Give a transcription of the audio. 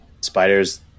spiders